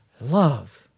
love